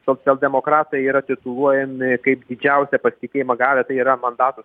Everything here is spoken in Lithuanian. socialdemokratai yra tituluojami kaip didžiausią pasitikėjimą gavę tai yra mandatų